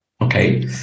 Okay